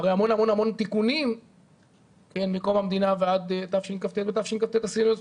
אחרי המון המון תיקונים מאז קום המדינה בתשכ"ט עשינו משהו